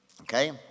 okay